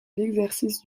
l’exercice